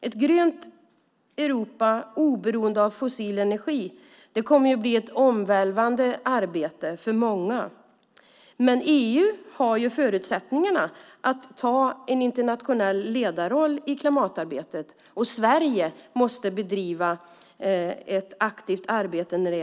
Ett grönt Europa oberoende av fossil energi kommer att bli ett omvälvande arbete för många. EU har förutsättningar att ta en internationell ledarroll i klimatarbetet. Där måste Sverige bedriva ett aktivt arbete.